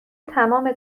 تمام